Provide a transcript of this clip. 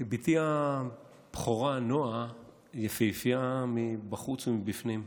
בתי הבכורה נעה היא יפהפייה מבחוץ ומבפנים,